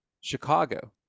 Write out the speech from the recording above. Chicago